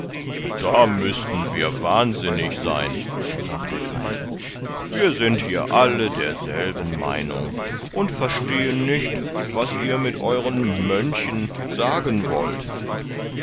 da müßten wir wahnsinnig sein sprach der greis wir sind hier alle derselben meinung und verstehen nicht was ihr mit euren mönchen sagen wollt